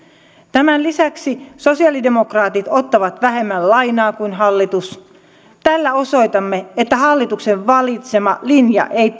tämän lisäksi sosialidemokraatit ottavat vähemmän lainaa kuin hallitus tällä osoitamme että hallituksen valitsema linja ei